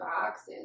boxes